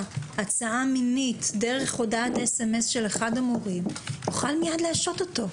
הצעה מינית דרך הודעת סמס של אחד המורים יוכל מיד להשעות אותו.